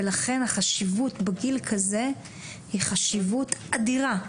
ולכן החשיבות בגיל כזה היא חשיבות אדירה.